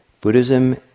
Buddhism